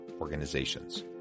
Organizations